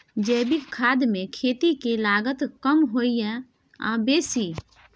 जैविक खाद मे खेती के लागत कम होय ये आ बेसी?